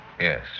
Yes